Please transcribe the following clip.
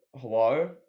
hello